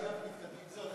סעיף 1 נתקבל.